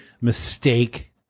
mistake